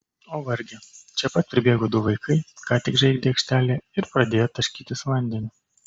o varge čia pat pribėgo du vaikai ką tik žaidę aikštelėje ir pradėjo taškytis vandeniu